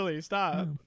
stop